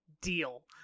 Deal